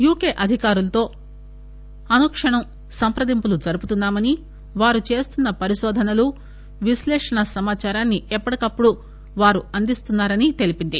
UK అధికారులతో అనుక్షణం సంప్రదింపులు జరుపుతున్నామని వారు చేస్తున్న పరికోధనలు విశ్లేషణ సమాచారాన్ని ఎప్పటికప్పుడు వారు అందిస్తున్నారని తెలిపింది